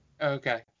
Okay